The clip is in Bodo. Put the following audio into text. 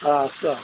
आथसा